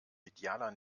idealer